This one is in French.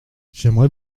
j’aimerais